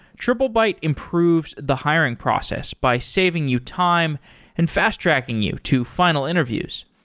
triplebyte improves the hiring process by saving you time and fast-tracking you to final interviews.